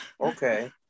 Okay